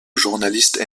journaliste